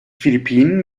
philippinen